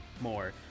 more